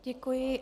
Děkuji.